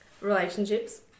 Relationships